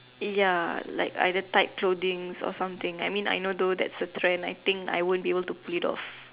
ya like the tight clothing or something I mean I know though that's a trend I think I won't be able to pull it off